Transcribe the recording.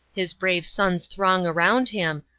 his brave sons throng around him.